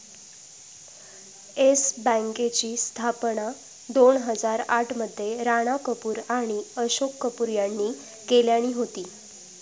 yes बँकेची स्थापना दोन हजार आठ मध्ये राणा कपूर आणि अशोक कपूर यांनी केल्यानी होती